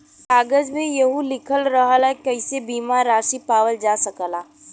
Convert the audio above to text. कागज में यहू लिखल रहला की कइसे बीमा रासी पावल जा सकला